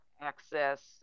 access